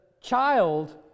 child